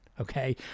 Okay